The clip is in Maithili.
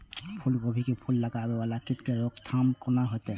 फुल गोभी के फुल में लागे वाला कीट के रोकथाम कौना हैत?